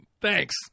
Thanks